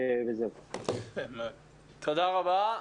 תודה רבה.